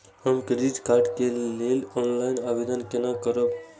हम credit card के लेल ऑनलाइन आवेदन केना करब?